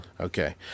Okay